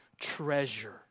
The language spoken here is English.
treasure